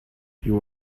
you